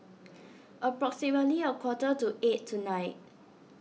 approximately a quarter to eight tonight